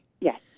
Yes